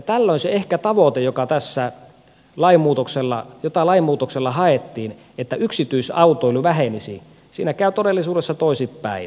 tällöin ehkä siinä tavoitteessa jota tällä lainmuutoksella haettiin että yksityisautoilu vähenisi käy todellisuudessa toisinpäin